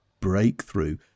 breakthrough